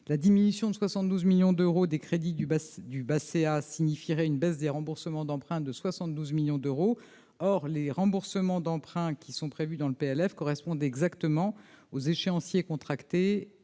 la diminution de 72 millions d'euros des crédits du bassin du BSCA signifierait une baisse des remboursements d'emprunt de 72 millions d'euros, or les remboursements d'emprunts qui sont prévus dans le PLF correspondent exactement aux échéanciers contracté